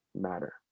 matter